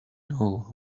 know